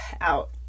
out